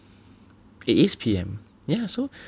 it is P_M ya so